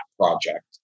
project